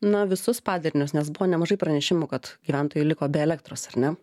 na visus padarinius nes buvo nemažai pranešimų kad gyventojai liko be elektros ar ne